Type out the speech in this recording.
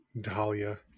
Dahlia